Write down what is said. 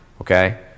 okay